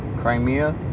Crimea